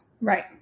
Right